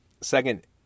Second